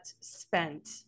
spent